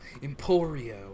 Emporio